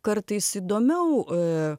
kartais įdomiau